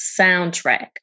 soundtrack